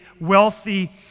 wealthy